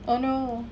oh no